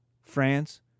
France